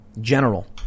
General